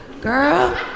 Girl